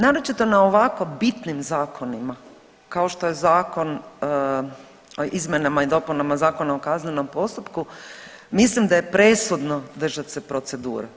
Naročito na ovako bitnim zakonima, kao što je Zakon o izmjenama i dopunama Zakona o kaznenom postupku, mislim da je presudno držati se procedure.